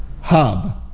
Hub